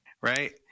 Right